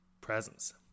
presence